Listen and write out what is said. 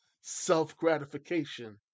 self-gratification